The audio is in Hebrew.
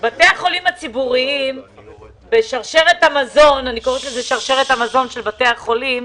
בתי החולים הציבוריים בשרשרת המזון של בתי החולים